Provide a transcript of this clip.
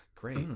Great